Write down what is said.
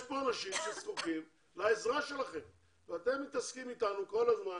יש כאן אנשים שזקוקים לעזרה שלכם ואתם מתעסקים אתנו כל הזמן